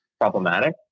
problematic